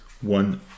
one